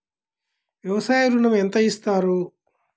వ్యవసాయ ఋణం ఎంత ఇస్తారు?